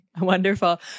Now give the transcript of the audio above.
Wonderful